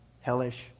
hellish